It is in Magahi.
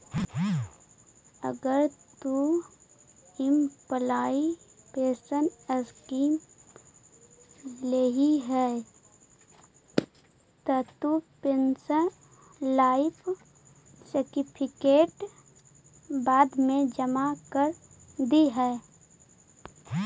अगर तु इम्प्लॉइ पेंशन स्कीम लेल्ही हे त तु पेंशनर लाइफ सर्टिफिकेट बाद मे जमा कर दिहें